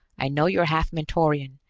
i know you're half mentorian,